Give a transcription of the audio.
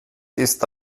ist